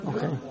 Okay